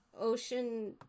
ocean